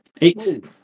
Eight